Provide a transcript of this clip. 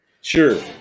sure